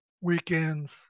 weekends